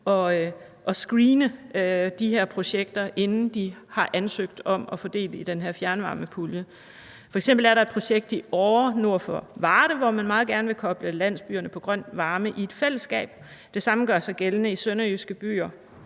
at screene de her projekter, inden de ansøgte om at få del i den her fjernvarmepulje. F.eks. er der et projekt i Årre ved Varde , hvor man meget gerne vil koble landsbyerne på grøn varme i et fællesskab. Det samme gør sig gældende i sønderjyske byer.